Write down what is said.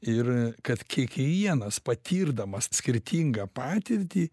ir kad kiekvienas patirdamas skirtingą patirtį